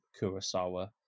Kurosawa